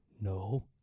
No